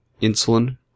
insulin